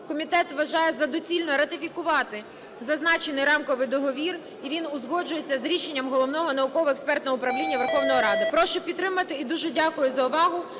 комітет вважає за доцільне ратифікувати зазначений рамковий договір, і він узгоджується з рішенням Головного науково-експертного управління Верховної Ради. Прошу підтримати і дуже дякую за увагу,